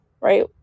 right